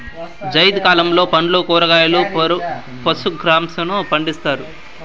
జైద్ కాలంలో పండ్లు, కూరగాయలు, పశు గ్రాసంను పండిత్తారు